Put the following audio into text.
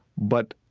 but,